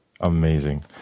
Amazing